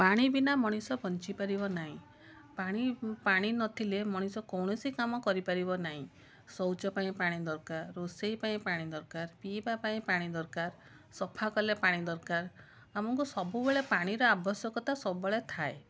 ପାଣିବିନା ମଣିଷ ବଞ୍ଚିପାରିବ ନାଇଁ ପାଣି ପାଣି ନଥିଲେ ମଣିଷ କୌଣସି କାମ କରିପାରିବ ନାହିଁ ଶୌଚ ପାଇଁ ପାଣି ଦରକାର ରୋଷେଇ ପାଇଁ ପାଣି ଦରକାର ପିଇବା ପାଇଁ ପାଣି ଦରକାର ସଫା କଲେ ପାଣି ଦରକାର ଆମକୁ ସବୁବେଳେ ପାଣିର ଆବଶ୍ୟକତା ସବୁବେଳେ ଥାଏ